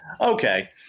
okay